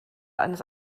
eines